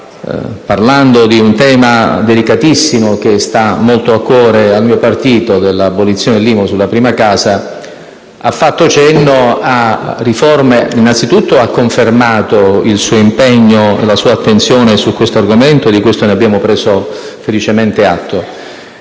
parlando di un tema delicatissimo che sta molto a cuore al mio partito, l'abolizione dell'IMU sulla prima casa, ella ha fatto cenno a riforme ed ha innanzitutto confermato il suo impegno e la sua attenzione su questo argomento, e di questo abbiamo preso felicemente atto,